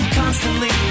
constantly